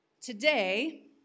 Today